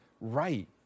right